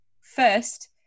first